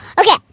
Okay